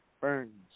Burns